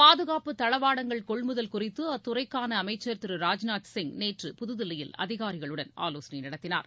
பாதுகாப்பு தளவாடங்கள் கொள்முதல் குறித்துஅத்துறைக்கானஅமைச்சர் திரு ராஜ்நாத் சிங் நேற்று புதுதில்லியில் அதிகாரிகளுடன் ஆலோசனைநடத்தினார்